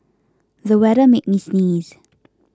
the weather made me sneeze